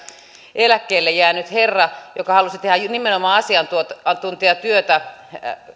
eläkkeelle jäänyt herra joka halusi tehdä nimenomaan asiantuntijatyötä